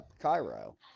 Cairo